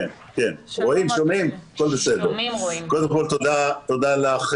קודם כל תודה לך,